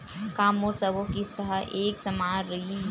का मोर सबो किस्त ह एक समान रहि?